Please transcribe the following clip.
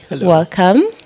welcome